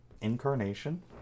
Incarnation